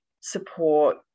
support